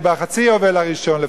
בחצי היובל הראשון,